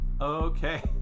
Okay